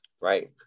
right